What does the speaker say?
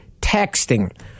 Texting